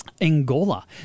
Angola